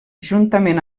juntament